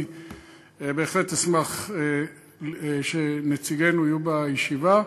אני בהחלט אשמח שנציגינו יהיו בישיבה.